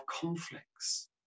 conflicts